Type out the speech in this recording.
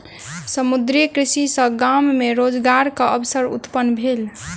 समुद्रीय कृषि सॅ गाम मे रोजगारक अवसर उत्पन्न भेल